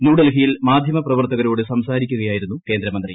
ന്യൂഡൽഹിയിൽ മാധ്യമപ്രവർത്തകരോട് സംസാരിക്കുകയായിരുന്നു കേന്ദ്രമന്ത്രി